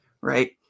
right